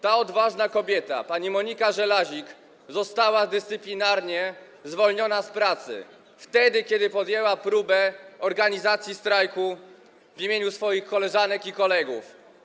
Ta odważna kobieta, pani Monika Żelazik, została dyscyplinarnie zwolniona z pracy wtedy, kiedy podjęła próbę organizacji strajku w imieniu swoich koleżanek i kolegów.